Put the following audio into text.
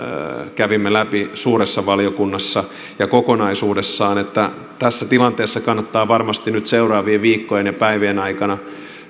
kävimme läpi suuressa valiokunnassa ja kokonaisuudessaan tässä tilanteessa kannattaa varmasti nyt seuraavien viikkojen ja päivien aikana